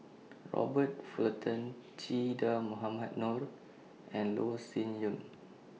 Robert Fullerton Che Dah Mohamed Noor and Loh Sin Yun